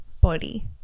body